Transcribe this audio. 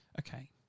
Okay